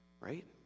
right